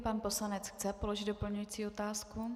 Pan poslanec chce položit doplňující otázku.